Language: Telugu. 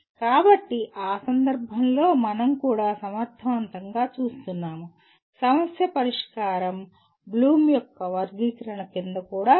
కాబట్టి ఆ సందర్భంలో మనం కూడా సమర్థవంతంగా చూస్తున్నాము 'సమస్య పరిష్కారం' బ్లూమ్ యొక్క వర్గీకరణ క్రింద కూడా ఉంది